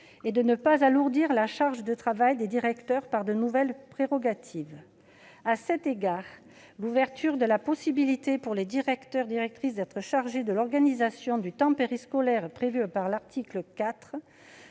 et de ne pas alourdir la charge de travail des directeurs par de nouvelles prérogatives. À cet égard, la possibilité, prévue à l'article 4, pour les directeurs et directrices d'être chargés de l'organisation du temps périscolaire nous paraît